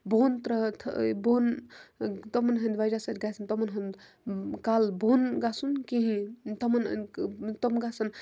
بۄن بۄن تِمَن ہِنٛدِ وجہ سۭتۍ گژھِ نہٕ تِمَن ہُنٛد کَلہٕ بۄن گژھُن کِہیٖنۍ تِمَن تِم گژھن